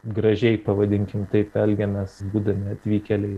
gražiai pavadinkim taip elgiamės būdami atvykėliai